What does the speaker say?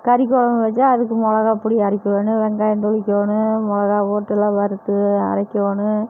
கறி குழம்பு வச்சால் அதுக்கு மிளகாப் பொடி அரைக்கணும் வெங்காயம் துளிக்கணும் மிளகா போட்டு எல்லாம் வறுத்து அரைக்கணும்